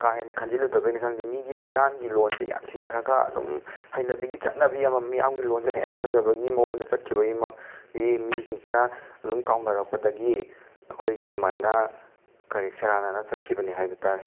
ꯀꯥ ꯍꯦꯟꯅ ꯈꯟꯖꯤꯜꯂꯨꯗꯕꯩꯅꯤ ꯈꯪꯗꯦ ꯃꯤꯒꯤ ꯃꯤꯌꯥꯟꯒꯤ ꯂꯣꯟꯁꯦ ꯌꯥꯟꯁꯤꯟꯅꯔꯒ ꯑꯗꯨꯝ ꯍꯩꯅꯕꯤꯒꯤ ꯆꯠꯅꯕꯤ ꯑꯃ ꯃꯤꯌꯥꯝꯒꯤ ꯂꯣꯟꯖꯤꯅ ꯍꯦꯟꯅ ꯐꯖꯕꯒꯤ ꯃꯑꯣꯡꯗ ꯆꯠꯈꯤꯕꯒꯤ ꯃꯤꯁꯤꯡꯁꯤꯅ ꯑꯗꯨꯝ ꯀꯥꯎꯅꯔꯛꯄꯗꯒꯤ ꯑꯩꯈꯣꯏꯖꯦ ꯁꯨꯃꯥꯏꯅ ꯀꯔꯤ ꯁꯦꯔꯥꯟꯅꯅ ꯆꯠꯈꯤꯕꯅꯤ ꯍꯥꯏꯕ ꯇꯥꯔꯦ